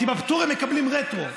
כי בפטור הם מקבלים רטרו,